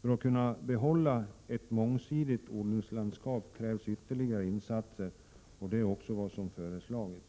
För att vi skall kunna behålla ett mångsidigt odlingslandskap krävs ytterligare insatser, och det är också vad som föreslagits.